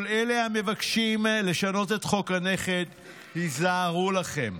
כל אלה המבקשים לשנות את חוק הנכד, היזהרו לכם.